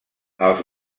els